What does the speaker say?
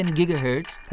gigahertz